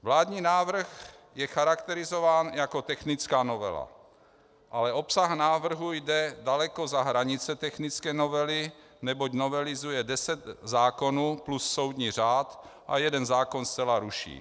Vládní návrh je charakterizován jako technická novela, ale obsah návrhu jde daleko za hranice technické novely, neboť novelizuje deset zákonů plus soudní řád a jeden zákon zcela ruší.